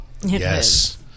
Yes